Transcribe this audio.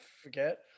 forget